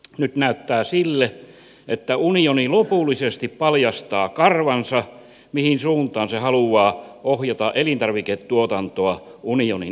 nyt näyttää siltä että unioni lopullisesti paljastaa karvansa mihin suuntaan se haluaa ohjata elintarviketuotantoa unionin alueella